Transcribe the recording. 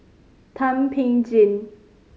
Thum Ping Tjin